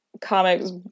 comics